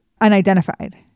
unidentified